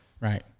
Right